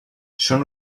són